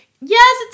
yes